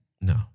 No